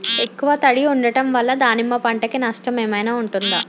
ఎక్కువ తడి ఉండడం వల్ల దానిమ్మ పంట కి నష్టం ఏమైనా ఉంటుందా?